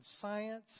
Science